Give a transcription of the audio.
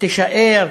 יישארו